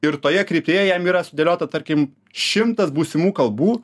ir toje kryptyje jam yra sudėliota tarkim šimtas būsimų kalbų